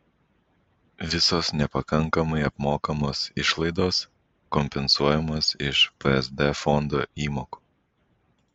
visos nepakankamai apmokamos išlaidos kompensuojamos iš psd fondo įmokų